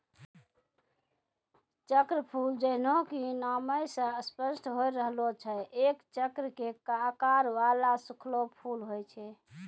चक्रफूल जैन्हों कि नामै स स्पष्ट होय रहलो छै एक चक्र के आकार वाला सूखलो फूल होय छै